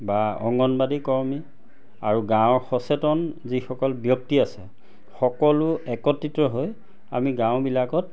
বা অংগনবাদী কৰ্মী আৰু গাঁৱৰ সচেতন যিসকল ব্যক্তি আছে সকলো একত্ৰিত হৈ আমি গাঁওবিলাকত